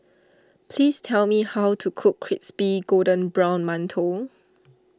please tell me how to cook Crispy Golden Brown Mantou